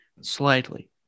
slightly